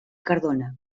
cardona